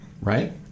right